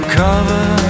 cover